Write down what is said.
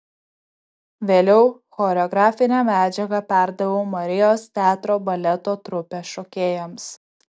vėliau choreografinę medžiagą perdaviau marijos teatro baleto trupės šokėjams